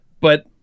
but-